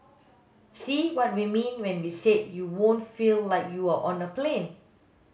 see what we mean when we said you won't feel like you're on a plane